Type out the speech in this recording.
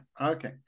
Okay